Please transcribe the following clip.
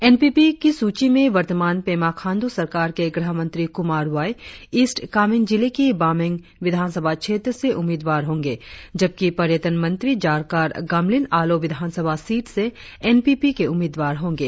NPP की सूची में वर्तमान पेमा खांडू सरकार के गृहमंत्री कुमार वाई ईस्ट कामेंग जिले की बामेंग विधानसभा क्षेत्र से उम्मीदवार होंगे जबकि पर्यटन मंत्री जारकर गामलीन आलो विधानसभा सीट से एनपीपी के उम्मीदवार होंगे